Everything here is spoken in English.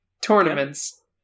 tournaments